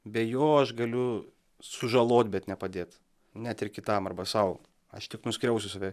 be jo aš galiu sužalot bet ne padėt net ir kitam arba sau aš tik nuskriausiu save